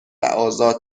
ازاد